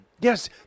Yes